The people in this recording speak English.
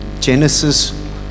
Genesis